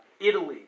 Italy